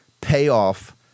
payoff